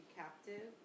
captive